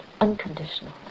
unconditional